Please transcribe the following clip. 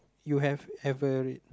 you have ever read